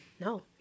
No